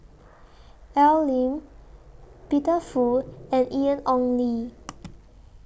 Al Lim Peter Fu and Ian Ong Li